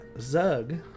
Zug